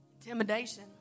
Intimidation